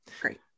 Great